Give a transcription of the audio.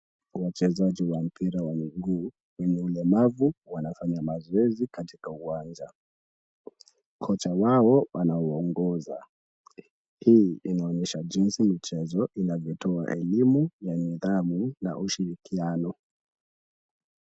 Wachezaji wa mpira wa miguu wenye ulemavu wanafanya mazoezi katika uwanja. Kocha wao anawaongoza. Hii inaonyesha jinsi michezo inavyotoa elimu ya nidhamu na ushirikiano.